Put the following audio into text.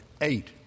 eight